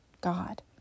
God